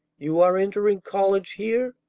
you are entering college here?